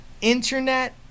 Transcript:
internet